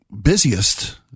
busiest